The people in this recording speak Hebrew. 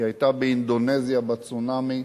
היא היתה באינדונזיה בצונאמי,